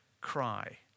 cry